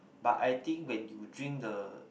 but I think when you drink the